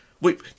Wait